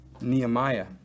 Nehemiah